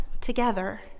together